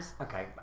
Okay